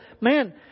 man